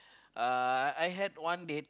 uh I I had one date